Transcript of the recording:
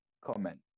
comment